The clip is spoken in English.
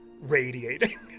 radiating